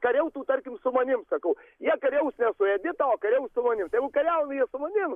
kariautų tarkim su manimi sakau jie kariaus ne su edita o kariaus su manim tegu keliauja su manim